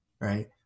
right